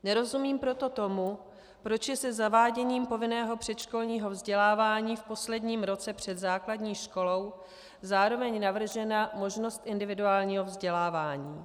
Nerozumím proto tomu, proč je se zaváděním povinného předškolního vzdělávání v posledním roce před základní školou zároveň navržena možnost individuálního vzdělávání.